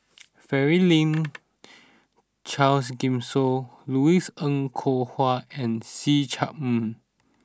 Franklin Charles Gimson Louis Ng Kok Kwang and See Chak Mun